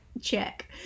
Check